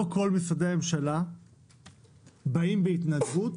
לא כל משרדי הממשלה באים בהתנדבות